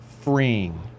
freeing